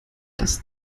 dass